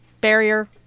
barrier